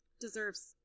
deserves